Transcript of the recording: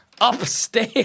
Upstairs